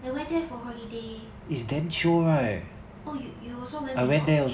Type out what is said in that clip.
I went there for holiday oh you you also went before